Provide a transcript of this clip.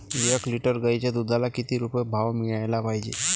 एक लिटर गाईच्या दुधाला किती रुपये भाव मिळायले पाहिजे?